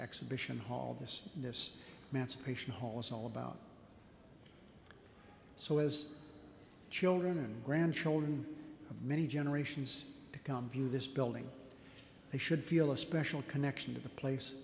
exhibition hall this this massive patient hall is all about so as children and grandchildren of many generations to come view this building they should feel a special connection to the place